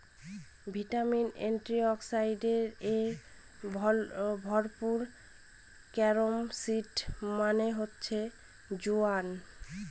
vitamin, antioxidants এ ভরপুর carom seed মানে হচ্ছে জোয়ান